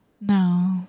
No